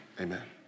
Amen